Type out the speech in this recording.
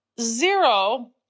zero